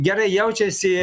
gerai jaučiasi